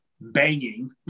banging